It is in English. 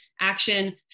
action